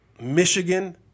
Michigan